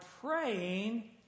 praying